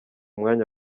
mwanya